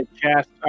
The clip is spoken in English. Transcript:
cast